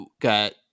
got